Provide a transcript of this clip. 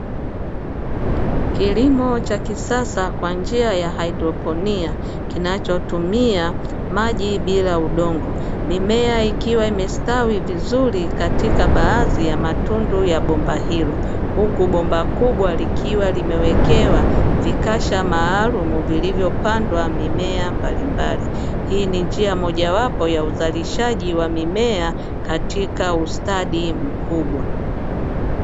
Kilimo cha kisasa kwa njia ya haidroponi, kinachotumia maji bila udongo. Mimea ikiwa imestawi vizuri katika baadhi ya matundu ya bomba hilo, huku bomba kubwa likiwa limewekewa vikasha maalumu vilivyopandwa mimea mbalimbali. Hii ni njia moja wapo ya uzalishaji wa mimea katika ustadi mkubwa.